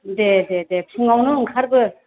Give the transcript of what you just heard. दे दे दे फुङावनो ओंखारबो